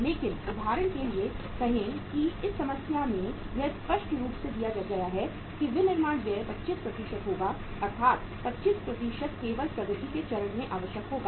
लेकिन उदाहरण के लिए कहें कि इस समस्या में यह स्पष्ट रूप से दिया गया है कि विनिर्माण व्यय 25 होगा अर्थात 25 केवल प्रगति के चरण में आवश्यक होगा